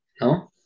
No